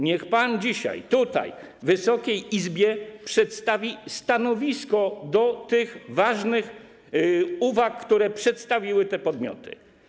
Niech pan dzisiaj tutaj, w Wysokiej Izbie, przedstawi stanowisko odnośnie do tych ważnych uwag, które przedstawiły te podmioty.